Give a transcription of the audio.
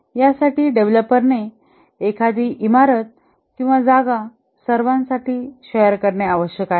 यासाठी डेव्हलपरने एखादी इमारत किंवा जागा सर्वांसाठी शेअर करणे आवश्यक आहे